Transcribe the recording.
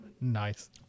nice